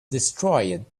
destroyed